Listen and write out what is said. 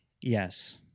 Yes